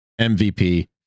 MVP